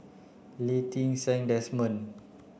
Lee Ti Seng Desmond